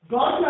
God